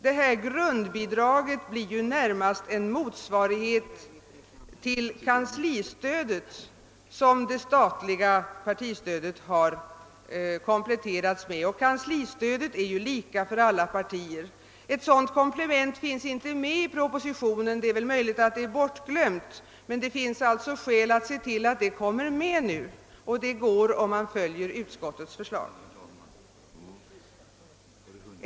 Detta grundbidrag blir närmast en motsvarighet till det kanslistöd som det statliga partistödet kompletterats med. Detta kanslistöd är ju lika för alla partier. Ett sådant komplement finns inte med i propositionen. Det är möjligt att det är bortglömt, men det finns alltså skäl att se till att det kommer med. Detta blir möjligt om riksdagen följer utskottsmajoritetens förslag.